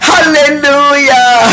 Hallelujah